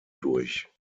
durch